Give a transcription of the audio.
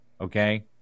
Okay